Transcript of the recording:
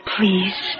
please